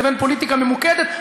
לבין פוליטיקה ממוקדת,